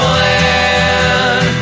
land